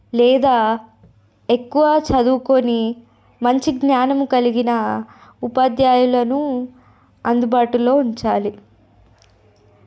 లేదా ఎక్కువ చదువుకొని మంచి జ్ఞానము కలిగిన ఉపాధ్యాయులను అందుబాటులో ఉంచాలి